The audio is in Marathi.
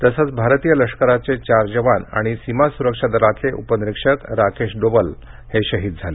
तसंच भारतीय लष्कराचे चार जवान आणि सीमा सुरक्षा दलातले उपनिरीक्षक राकेश डोवल हे शहीद झाले